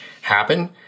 happen